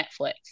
Netflix